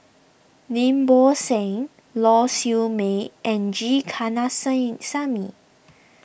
Lim Bo Seng Lau Siew Mei and G